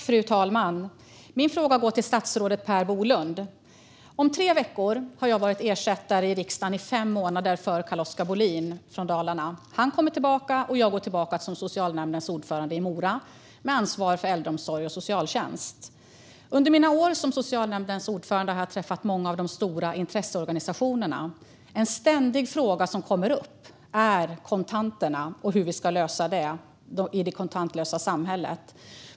Fru talman! Min fråga går till statsrådet Per Bolund. Om tre veckor har jag varit ersättare i riksdagen i fem månader för Carl-Oskar Bohlin från Dalarna. Han kommer tillbaka, och jag går tillbaka som socialnämndens ordförande i Mora med ansvar för äldreomsorg och socialtjänst. Under mina år som socialnämndens ordförande har jag träffat många av de stora intresseorganisationerna. En ständig fråga som kommer upp gäller kontanterna och hur vi ska lösa problemet med dem i det kontantlösa samhället.